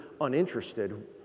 uninterested